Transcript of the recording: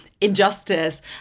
injustice